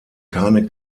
keine